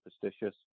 superstitious